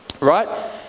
right